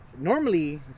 normally